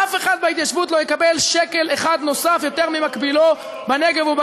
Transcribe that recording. אף אחד בהתיישבות לא יקבל שקל אחד נוסף יותר ממקבילו בנגב או בגליל.